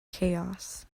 chaos